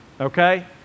okay